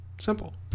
Simple